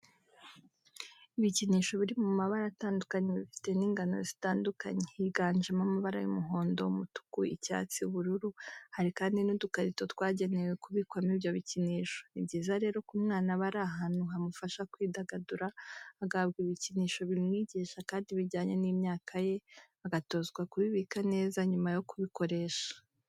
Ibikinisho biri mu mabara atandukanye bifite n'ingano zitandukanye, higanjemo amabara y'umuhondo, umutuku, icyatsi, ubururu, hari kandi n'udukarito twagenewe kubikwamo ibyo bikinisho. Ni byiza rero ko umwana aba ari ahantu hamufasha kwidagadura, agahabwa ibikinisho bimwigisha kandi bijyanye n'imyaka ye, agatozwa kubibika neza nyuma yo kubikoresha.